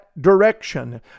direction